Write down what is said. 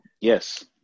Yes